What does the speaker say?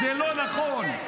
אתה לא צריך להיות פה.